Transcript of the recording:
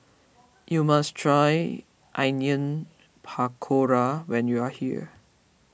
you must try Onion Pakora when you are here